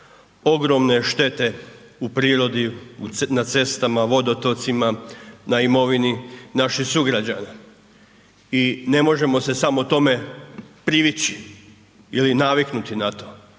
ogromne štete u prirodi, na cestama, vodotocima, na imovini naših sugrađana. I ne možemo se samo tome privići ili naviknuti na to